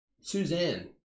Suzanne